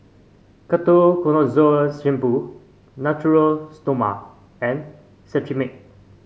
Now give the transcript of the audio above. Ketoconazole Shampoo Natura Stoma and Cetrimide